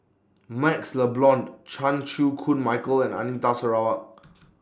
MaxLe Blond Chan Chew Koon Michael and Anita Sarawak